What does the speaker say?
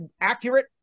accurate